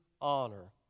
honor